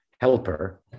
helper